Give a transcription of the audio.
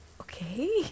Okay